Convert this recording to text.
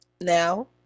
Now